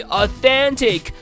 authentic